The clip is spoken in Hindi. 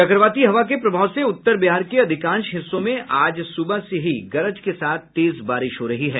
चक्रवाती हवा के प्रभाव से उत्तर बिहार के अधिकांश हिस्सों में आज सुबह से ही गरज के साथ तेज बारिश हो रही है